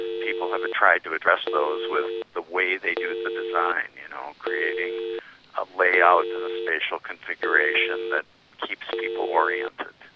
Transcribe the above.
people have tried to address those with the way they do the design, you know, creating a layout and a spatial configuration that keeps people oriented.